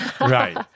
Right